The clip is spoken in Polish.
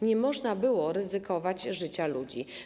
Nie można było ryzykować życia ludzi.